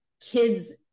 kids